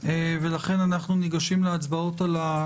ולאחר מכן מיד להצבעות.